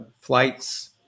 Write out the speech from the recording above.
flights